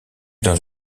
dans